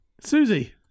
susie